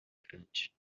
grande